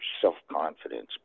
self-confidence